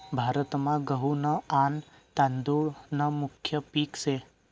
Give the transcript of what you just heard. भारतमा गहू न आन तादुळ न मुख्य पिक से